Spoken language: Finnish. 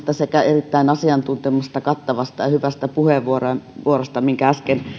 sekä erittäin asiantuntevasta kattavasta ja hyvästä puheenvuorosta minkä äsken